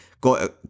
got